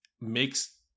makes